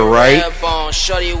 right